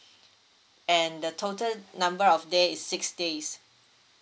and the total number of day is six days